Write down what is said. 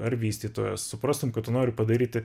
ar vystytojas suprastum kad tu nori padaryti